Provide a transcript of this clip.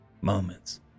moments